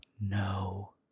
no